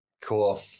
Cool